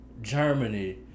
Germany